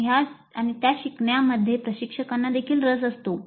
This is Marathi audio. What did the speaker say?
आणि त्या शिकवण्यामध्ये प्रशिक्षकांना देखील रस आसतो